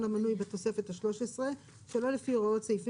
המנוי בתוספת ה-13 שלא לפי הוראות 53,